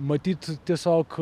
matyt tiesiog